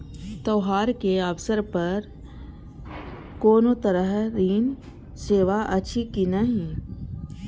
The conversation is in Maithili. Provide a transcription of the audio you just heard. त्योहार के अवसर पर कोनो तरहक ऋण सेवा अछि कि नहिं?